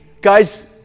guys